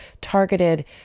targeted